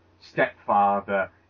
stepfather